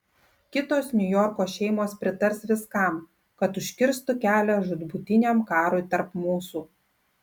kitos niujorko šeimos pritars viskam kad užkirstų kelią žūtbūtiniam karui tarp mūsų